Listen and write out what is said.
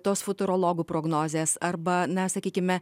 tos futurologų prognozės arba na sakykime